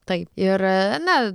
taip ir na